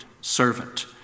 servant